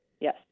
Yes